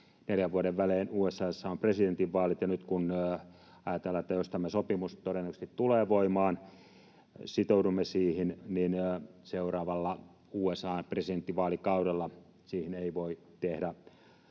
neljän vuoden välein USA:ssa on presidentinvaalit, ja nyt kun ajatellaan, että jos tämä sopimus todennäköisesti tulee voimaan ja sitoudumme siihen, niin seuraavalla USA:n presidentinvaalikaudella siihen ei voi tehdä